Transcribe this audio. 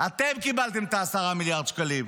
אתם קיבלתם את ה-10 מיליון שקלים.